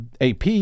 AP